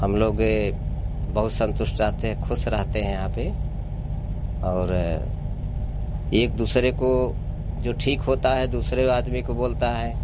हम लोग गए बहुत संतुष्ट रहते हैं खुश रहते हैं यहाँ पर और एक दुसरे को जो ठीक होता है दूसरे आदमी को बोलता है